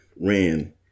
ran